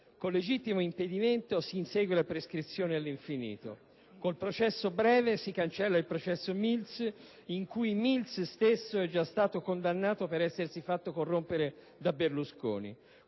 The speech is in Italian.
il legittimo impedimento si insegue la prescrizione all'infinito; con il processo breve si cancella il processo Mills, in cui Mills stesso è già stato condannato per essersi fatto corrompere da Berlusconi;